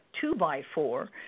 two-by-four